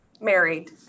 married